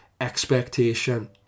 expectation